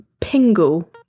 pingle